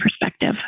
perspective